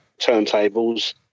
turntables